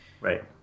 Right